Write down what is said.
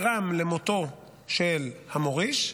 למותו של המוריש,